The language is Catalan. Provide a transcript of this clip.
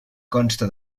consta